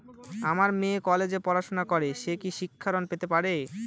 আমার মেয়ে কলেজে পড়াশোনা করে সে কি শিক্ষা ঋণ পেতে পারে?